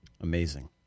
Amazing